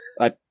I-